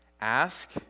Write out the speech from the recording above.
Ask